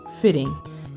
fitting